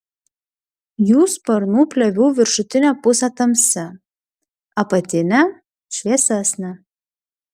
jų sparnų plėvių viršutinė pusė tamsi apatinė šviesesnė